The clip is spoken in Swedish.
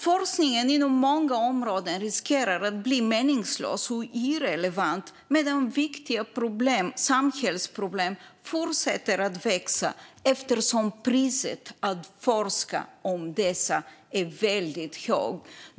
Forskningen på många områden riskerar att bli meningslös och irrelevant, medan viktiga samhällsproblem fortsätter att växa eftersom priset för att forska om dem är väldigt högt.